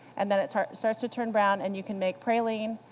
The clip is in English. and then it starts starts to turn brown, and you can make praline,